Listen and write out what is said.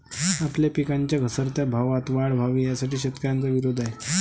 आपल्या पिकांच्या घसरत्या भावात वाढ व्हावी, यासाठी शेतकऱ्यांचा विरोध आहे